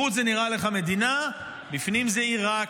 בחוץ זה נראה לך מדינה, בפנים זה איראן,